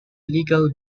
legal